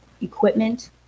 equipment